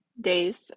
days